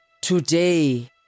today